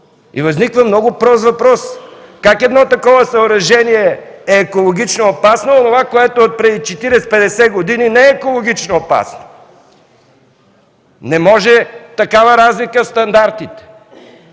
Възниква много прост въпрос: как едно такова съоръжение е екологично опасно, а онова, което е отпреди 40-50 години, не е екологично опасно? Не може да има такава разлика в стандартите.